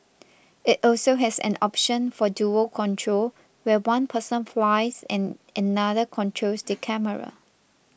it also has an option for dual control where one person flies and another controls the camera